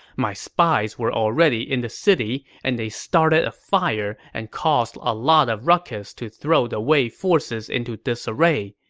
my spies were already in the city, and they started a fire and caused ah lots of ruckus to throw the wei forces into disarray.